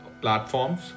platforms